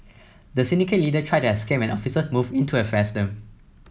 the syndicate leader tried to escape when officer moved in to arrest them